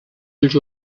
ulls